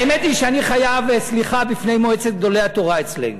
האמת היא שאני חייב סליחה בפני מועצת גדולי התורה אצלנו.